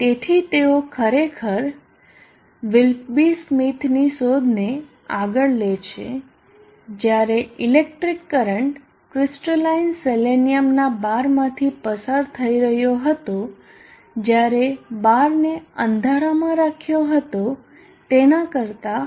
તેથી તેઓ ખરેખર વિલફ્બી સ્મિથની શોધને આગળ લે છે જ્યારે ઇલેક્ટ્રિક કરંટ ક્રીસ્ટલાઇન સેલેનિયમના બારમાંથી પસાર થઈ રહ્યો હતો જ્યારે બારને અંધારામાં રાખ્યો હતો તેના કરતા